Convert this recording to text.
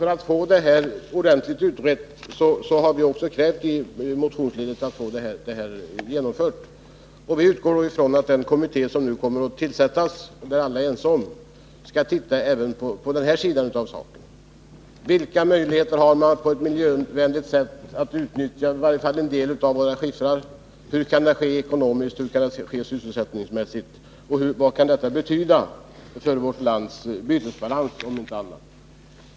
För att få frågan ordentligt utredd har vi motionsledes krävt att få den här undersökningen genomförd. Vi utgår från att den kommitté som kommer att tillsättas — och vilken alla är ense om — skall se även på den här sidan av saken. Vilka möjligheter har man att på ett miljövänligt sätt utnyttja i varje fall en del av våra skiffrar? Hur kan denna utveckling ske ekonomiskt och sysselsättningsmässigt? Och vad kan den betyda, om inte annat så för vårt lands bytesbalans?